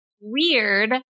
weird